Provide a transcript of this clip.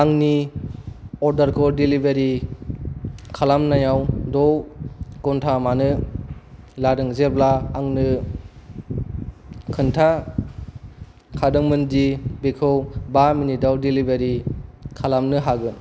आंनि अर्डारखौ डेलिबारि खालामनायाव द' घन्टा मानो लादों जेब्ला आंनो खोनथाखादोंमोन दि बेखौ बा मिनिटाव डेलिबारि खालामनो हागोन